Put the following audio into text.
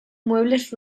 muebles